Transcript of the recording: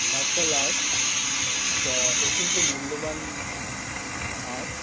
martial art একটা অত্যন্ত মূল্যবান আর্ট